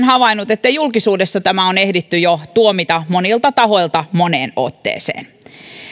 havainnut että julkisuudessa tämä on ehditty jo tuomita monilta tahoilta moneen otteeseen